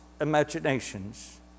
imaginations